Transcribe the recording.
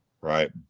right